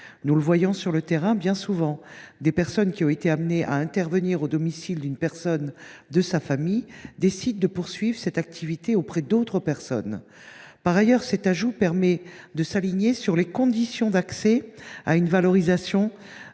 nous constatons bien souvent que des personnes ayant été amenées à intervenir au domicile d’un membre de leur famille décident de poursuivre cette activité auprès d’autres personnes. Par ailleurs, cet ajout permet de s’aligner sur les conditions d’accès à une validation